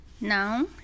now